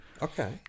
okay